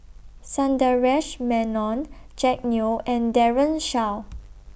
Sundaresh Menon Jack Neo and Daren Shiau